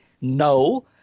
No